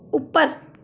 ਉੱਪਰ